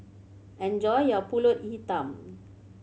enjoy your Pulut Hitam